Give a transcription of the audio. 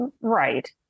Right